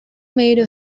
made